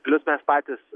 plius mes patys